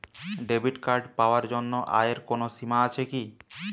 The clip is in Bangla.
ডেবিট কার্ড পাওয়ার জন্য আয়ের কোনো সীমা আছে কি?